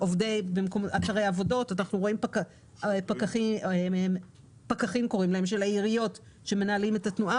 אנחנו רואים פקחים של העיריות שמנהלים את התנועה.